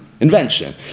invention